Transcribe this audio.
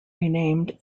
renamed